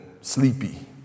sleepy